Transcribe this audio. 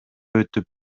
өтүп